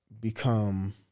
become